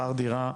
שכר דירה,